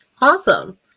Awesome